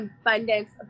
abundance